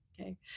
okay